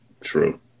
True